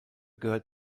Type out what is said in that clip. gehört